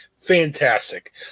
Fantastic